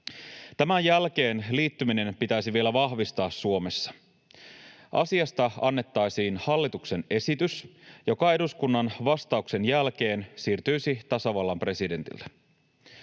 Tämän jälkeen liittyminen pitäisi vielä vahvistaa Suomessa. Asiasta annettaisiin hallituksen esitys, joka eduskunnan vastauksen jälkeen siirtyisi tasavallan presidentille.